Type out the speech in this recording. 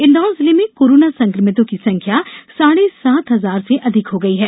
इंदौर जिले में कोरोना संकमितों की संख्या साढ़े सात हजार से अधिक हो गई है